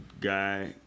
guy